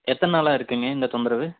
எத்தனை நாளாக இருக்குங்க இந்த தொந்தரவு